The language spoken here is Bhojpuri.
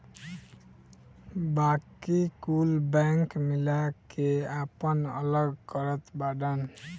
बाकी कुल बैंक मिला के आपन अलग करत बाड़न